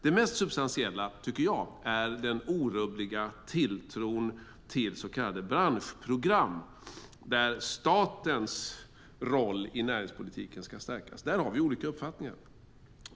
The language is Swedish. Det mest substantiella är den orubbliga tilltron till så kallade branschprogram där statens roll i näringspolitiken ska stärkas. Där har vi olika uppfattningar.